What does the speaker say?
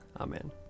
Amen